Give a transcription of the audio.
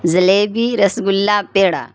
جلیبی رس گلا پیڑا